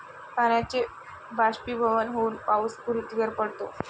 पाण्याचे बाष्पीभवन होऊन पाऊस पृथ्वीवर पडतो